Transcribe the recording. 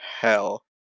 hell